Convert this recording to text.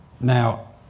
Now